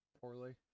poorly